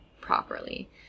properly